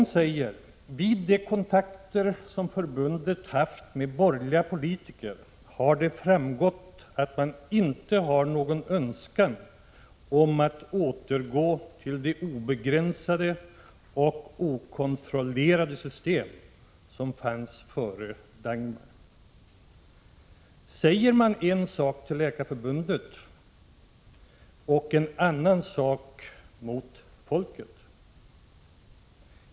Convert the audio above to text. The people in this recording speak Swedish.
De säger: Vid de kontakter som förbundet haft med borgerliga politiker har det framgått att man inte har någon önskan om att återgå till det obegränsade och okontrollerade system som fanns före Dagmaröverenskommelsen. Säger man en sak till Läkarförbundet och en annan till folket?